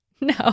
no